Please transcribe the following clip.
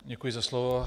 Děkuji za slovo.